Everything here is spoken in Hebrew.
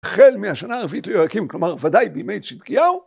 ‫החל מהשנה הרביעית ליואקים, ‫כלומר, ודאי בימי צידקיהו.